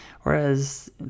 Whereas